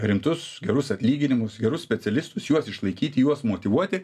rimtus gerus atlyginimus gerus specialistus juos išlaikyti juos motyvuoti